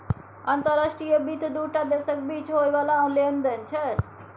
अंतर्राष्ट्रीय वित्त दू टा देशक बीच होइ बला लेन देन छै